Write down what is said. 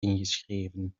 ingeschreven